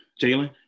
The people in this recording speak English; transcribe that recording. Jalen